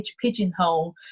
pigeonhole